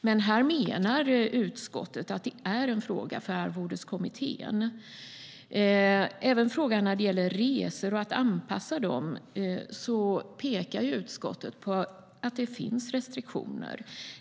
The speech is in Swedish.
Men här menar utskottet att det är en fråga för arvodeskommittén. Även när det gäller resor och att anpassa dem pekar utskottet på att det finns restriktioner.